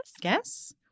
Guess